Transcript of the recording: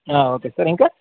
okay sir ఇంకా